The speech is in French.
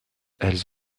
elles